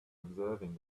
observing